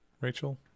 Rachel